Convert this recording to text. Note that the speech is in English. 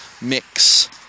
mix